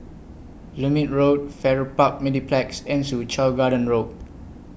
Lermit Road Farrer Park Mediplex and Soo Chow Garden Road